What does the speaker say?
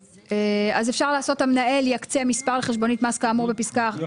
אז אפשר לעשות המנהל יקצה מספר חשבונית מס כאמור בפסקה (1)